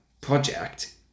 project